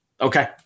Okay